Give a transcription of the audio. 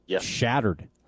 shattered